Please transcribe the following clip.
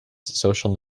social